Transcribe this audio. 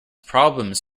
problems